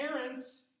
parents